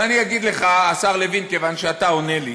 ואגיד לך, השר לוין, כיוון שאתה עונה לי,